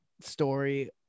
story